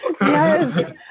yes